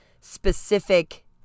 specific